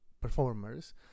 performers